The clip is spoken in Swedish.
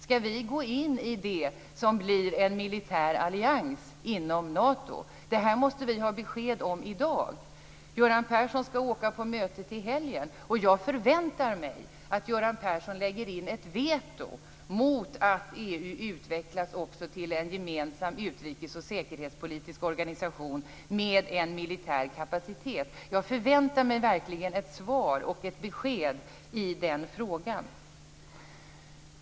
Skall vi gå in i det som blir en militär allians inom Nato? Det här måste vi ha besked om i dag. Göran Persson skall åka på mötet i helgen. Jag förväntar mig att Göran Persson lägger in ett veto mot att EU också utvecklas till en gemensam utrikes och säkerhetspolitisk organisation med en militär kapacitet. Jag förväntar mig verkligen ett svar och ett besked i den frågan.